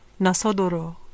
Nasodoro